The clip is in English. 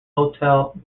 hotel